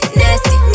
nasty